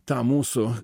tą mūsų